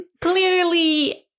Clearly